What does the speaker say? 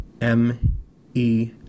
M-E